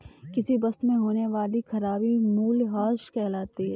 किसी वस्तु में होने वाली खराबी मूल्यह्रास कहलाती है